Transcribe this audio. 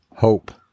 hope